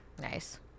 Nice